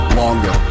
longer